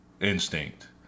instinct